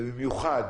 ובמיוחד